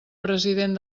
president